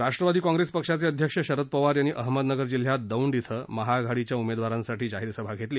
Rashtrawadi Congress पक्षाचे अध्यक्ष शरद पवार यांनी अहमदनगर जिल्ह्यात दोंड इथं महाआघाडीच्या उमेदवारांसाठी जाहीर सभा घेतली